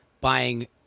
buying